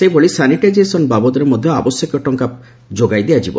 ସେହିଭଳି ସାନିଟାଇଜେସନ ବାବଦରେ ମଧ୍ଧ ଆବଶ୍ୟକୀୟ ଟଙ୍କା ପର୍ଯ୍ୟନ୍ତ ଯୋଗାଇ ଦିଆଯିବ